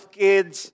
kids